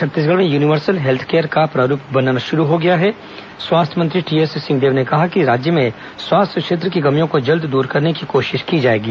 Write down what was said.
छत्तीसगढ़ में universal health care का प्रारूप बनना शुरू हो गया है स्वास्थ्य मंत्री टीएस सिंहदेव ने कहा कि राज्य में स्वास्थ्य क्षेत्र की कमियों को जल्द दूर करने की कोशिश की जाएगी